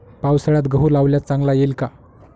पावसाळ्यात गहू लावल्यास चांगला येईल का?